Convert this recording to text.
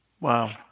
Wow